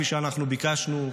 כפי שאנחנו ביקשנו,